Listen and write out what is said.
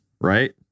right